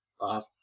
off